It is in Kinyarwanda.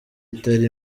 itari